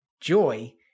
joy